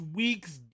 week's